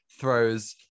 throws